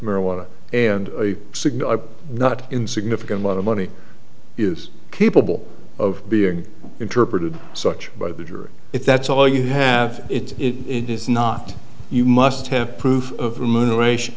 marijuana and a signal are not in significant amount of money is capable of being interpreted as such by the jury if that's all you have it is not you must have proof of the moon ration